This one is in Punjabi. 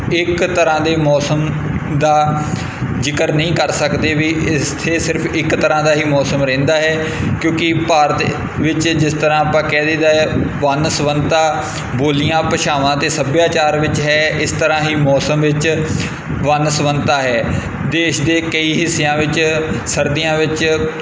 ਇੱਕ ਤਰ੍ਹਾਂ ਦੇ ਮੌਸਮ ਦਾ ਜਿਕਰ ਨਹੀਂ ਕਰ ਸਕਦੇ ਵੀ ਇੱਥੇ ਸਿਰਫ਼ ਇੱਕ ਤਰ੍ਹਾਂ ਦਾ ਹੀ ਮੌਸਮ ਰਹਿੰਦਾ ਹੈ ਕਿਉਂਕਿ ਭਾਰਤ ਵਿੱਚ ਜਿਸ ਤਰ੍ਹਾਂ ਆਪਾਂ ਕਹਿ ਦੇਈਦਾ ਹੈ ਵਨ ਸਵੰਨਤਾ ਬੋਲੀਆਂ ਭਾਸ਼ਾਵਾਂ ਅਤੇ ਸੱਭਿਆਚਾਰ ਵਿੱਚ ਹੈ ਇਸ ਤਰ੍ਹਾਂ ਹੀ ਮੌਸਮ ਵਿੱਚ ਵਨ ਸਵੰਨਤਾ ਹੈ ਦੇਸ਼ ਦੇ ਕਈ ਹਿੱਸਿਆਂ ਵਿੱਚ ਸਰਦੀਆਂ ਵਿੱਚ